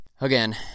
Again